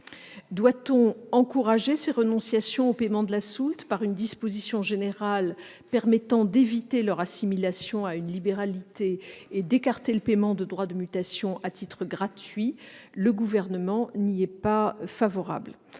Doit-on encourager ces renonciations au paiement de la soulte par une disposition générale permettant d'éviter leur assimilation à une libéralité et d'écarter le paiement de droits de mutation à titre gratuit ? Le Gouvernement n'y est pas favorable.